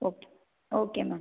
okay okay ma'am